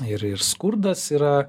ir ir skurdas yra